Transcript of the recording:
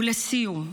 ולסיום,